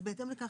בהתאם לכך,